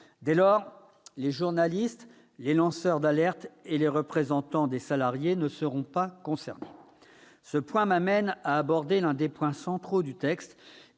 Dès lors, les journalistes, les lanceurs d'alerte et les représentants des salariés ne seront pas concernés. Ce sujet me conduit à aborder l'un des points centraux de ce texte,